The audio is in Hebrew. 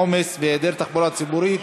עומס והיעדר תחבורה ציבורית,